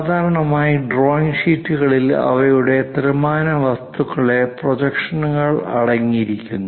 സാധാരണയായി ഡ്രോയിംഗ് ഷീറ്റുകളിൽ അവയുടെ ത്രിമാന വസ്തുക്കളുടെ പ്രൊജക്ഷനുകൾ അടങ്ങിയിരിക്കുന്നു